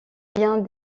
biens